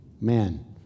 man